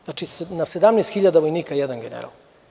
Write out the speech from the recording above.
Znači, na 17.000 vojnika jedan general.